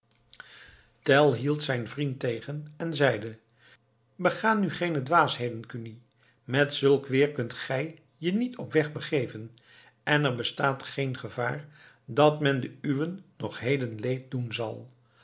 tell hield zijn vriend tegen en zeide bega nu geene dwaasheden kuni met zulk weer kunt gij je niet op weg begeven en er bestaat geen gevaar dat men de uwen nog heden leed doen zal